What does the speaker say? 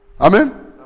Amen